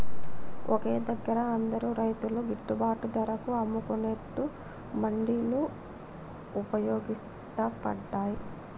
ఒకే దగ్గర అందరు రైతులు గిట్టుబాటు ధరకు అమ్ముకునేట్టు మండీలు వుపయోగ పడ్తాయ్